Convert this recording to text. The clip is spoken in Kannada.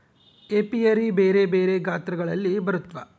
ಏಪಿಯರಿ ಬೆರೆ ಬೆರೆ ಗಾತ್ರಗಳಲ್ಲಿ ಬರುತ್ವ